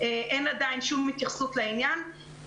אין עדיין שום התייחסות לעניין.